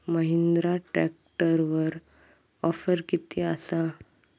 महिंद्रा ट्रॅकटरवर ऑफर किती आसा?